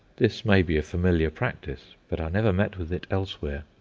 this may be a familiar practice, but i never met with it elsewhere.